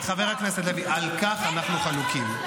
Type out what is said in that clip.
חבר הכנסת לוי, על כך אנחנו חלוקים.